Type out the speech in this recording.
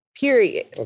Period